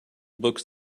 books